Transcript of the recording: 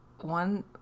one